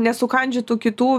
nesukandžiotų kitų